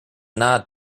nod